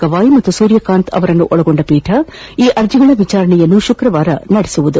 ಗವಾಯ್ ಹಾಗೂ ಸೂರ್ಯಕಾಂತ್ ಅವರನ್ನೊಳಗೊಂಡ ಪೀಠ ಈ ಅರ್ಜಿಗಳ ವಿಚಾರಣೆಯನ್ನು ಶುಕ್ರವಾರ ನಡೆಸಲಿದೆ